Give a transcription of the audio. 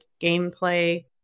gameplay